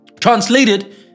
translated